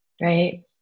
right